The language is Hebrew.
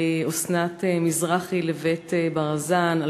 על אסנת מזרחי לבית ברזאני,